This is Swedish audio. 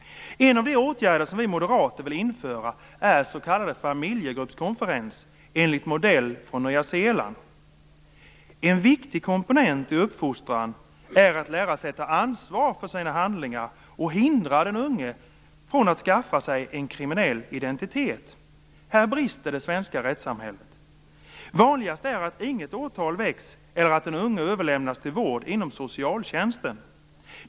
En av de åtgärder som vi moderater vill införa är s.k. familjegruppskonferenser enligt modell från Nya Zeeland. En viktig komponent i uppfostran är att lära sig att ta ansvar för sina handlingar och hindra den unge från att skaffa sig en kriminell identitet. Här brister det svenska rättssamhället. Vanligast är att inget åtal väcks eller att den unge överlämnas till vård inom socialtjänsten.